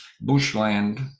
bushland